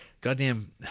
goddamn